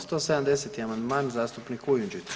170. amandman zastupnik Kujundžić.